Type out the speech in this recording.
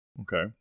Okay